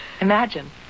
Imagine